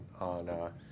on